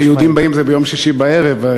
"היהודים באים" זה ביום שישי בערב.